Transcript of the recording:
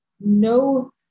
no